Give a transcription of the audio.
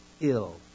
ill